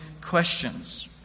questions